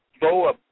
Boa